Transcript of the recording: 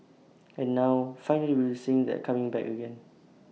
and now finally we're seeing that coming back again